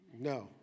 No